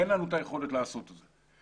אין לנו את היכולת לעשות את זה.